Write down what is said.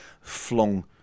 flung